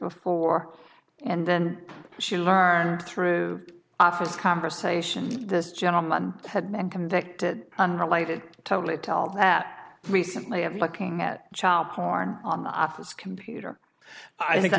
before and then she learned through office conversations this gentleman had been convicted on related totally tell that recently of looking at child porn on my office computer i think